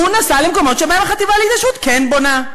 הוא נסע למקומות שבהם החטיבה להתיישבות כן בונה.